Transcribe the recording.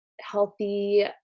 healthy